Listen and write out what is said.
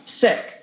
sick